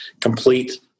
complete